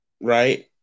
right